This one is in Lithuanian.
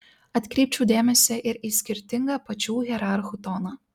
atkreipčiau dėmesį ir į skirtingą pačių hierarchų toną